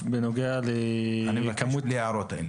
אני מבקש, בלי הערות.